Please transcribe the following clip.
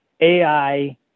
AI